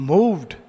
Moved